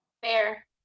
fair